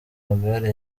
magare